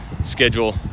schedule